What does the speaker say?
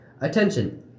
Attention